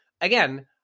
Again